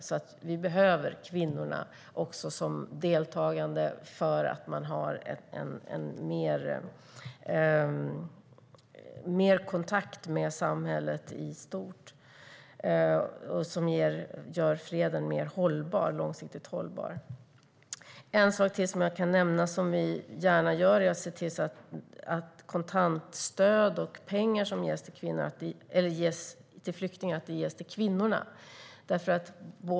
Kvinnor behövs också som deltagande i kontakten med samhället i stort, vilket gör freden mer långsiktigt hållbar. En sak till som jag kan nämna som vi gör är att se till att kontantstöd och pengar som flyktingar får ges till kvinnorna.